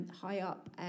high-up